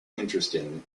interesting